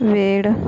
वेळ